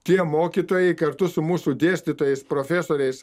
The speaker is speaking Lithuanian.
tie mokytojai kartu su mūsų dėstytojais profesoriais